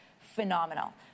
phenomenal